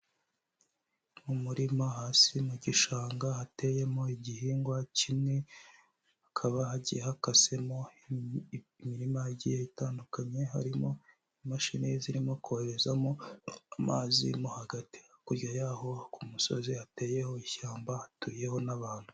Mu murima hasi mu gishanga hateyemo igihingwa kimwe hakaba hagihakasemo imirima igiye itandukanye harimo imashini zirimo koherezamo amazi mo hagati, hakurya y'aho ku musozi hateyeho ishyamba hatuyeho n'abantu.